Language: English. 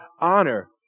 honor